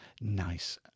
nice